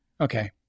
Okay